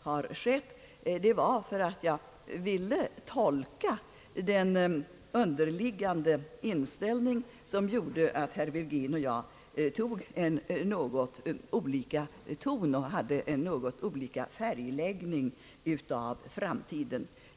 har ägt rum, berodde på att jag ville tolka de underliggande inställningarna som medförde att herr Virgin och jag tog en något olika ton och hade en något olika färgläggning av framtiden.